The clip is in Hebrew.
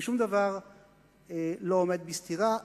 ושום דבר לא עומד בסתירה.